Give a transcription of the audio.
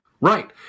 Right